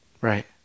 right